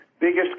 biggest